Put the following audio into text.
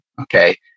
Okay